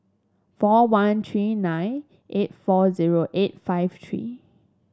four one three nine eight four zero eight five three